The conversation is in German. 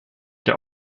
der